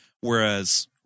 Whereas